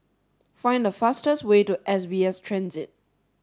find the fastest way to S B S Transit